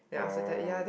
oh